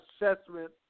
assessment